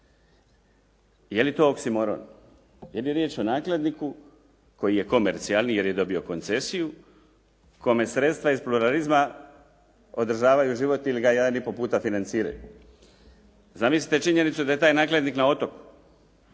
Je li to oksimoron? Je li riječ o nakladniku koji je komercijalan jer je dobio koncesiju kome sredstva iz pluralizma održavaju život ili ga …/Govornik se ne razumije./… puta financiraju. Zamislite činjenicu da je taj nakladnik na otoku.